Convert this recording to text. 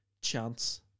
chance